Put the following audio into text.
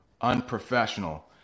Unprofessional